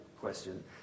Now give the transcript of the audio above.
question